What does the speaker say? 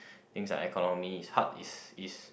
things are economy hard is is